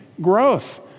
growth